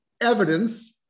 evidence